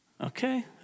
Okay